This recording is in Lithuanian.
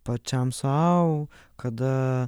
pačiam sau kada